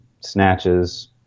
snatches